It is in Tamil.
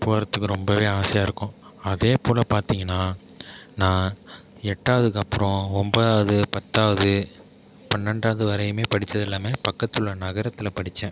போகறதுக்கு ரொம்பவே ஆசையாக இருக்கும் அதே போல் பார்த்திங்கனா நா எட்டாவதுக்கப்றோம் ஒம்போதாவது பத்தாவது பன்னெண்டாவது வரையுமே படிச்சது எல்லாமே பக்கத்துள்ள நகரத்தில் படிச்சேன்